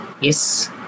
yes